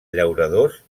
llauradors